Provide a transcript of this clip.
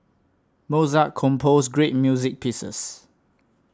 Mozart composed great music pieces